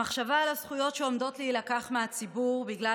המחשבה על הזכויות שעומדות להילקח מהציבור בגלל